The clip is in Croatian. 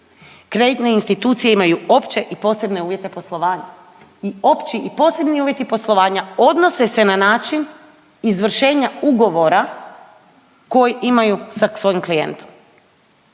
Kreditne institucije imaju opće i posebne uvjete poslovanja i opći i posebni uvjeti poslovanja odnose se na način izvršenja ugovora koji imaju sa svojim klijentom.